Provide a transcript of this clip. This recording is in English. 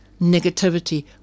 negativity